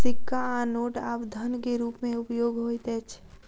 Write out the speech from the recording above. सिक्का आ नोट आब धन के रूप में उपयोग होइत अछि